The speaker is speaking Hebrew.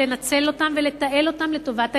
לנצל אותם ולתעל לטובת האזרחים.